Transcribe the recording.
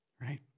right